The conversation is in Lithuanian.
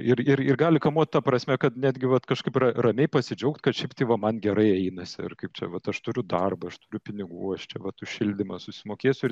ir ir ir gali kamuot ta prasme kad netgi vat kažkaip ra ramiai pasidžiaugt kad šiaip tai va man gerai einasi ar kaip čia vat aš turiu darbą aš turiu pinigų aš čia vat už šildymą susimokėsiu ir